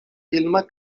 filma